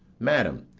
madam,